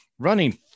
running